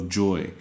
joy